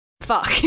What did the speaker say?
fuck